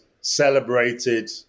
celebrated